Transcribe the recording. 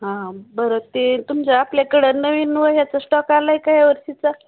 हां बरं ते तुमच्या आपल्याकडे नवीन वह्याचं स्टॉक आलं आहे का या वर्षीचा